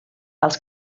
els